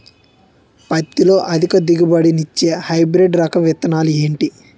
పత్తి లో అధిక దిగుబడి నిచ్చే హైబ్రిడ్ రకం విత్తనాలు ఏంటి